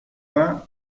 vingt